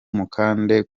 mukande